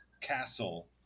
castle